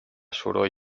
soroll